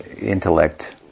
intellect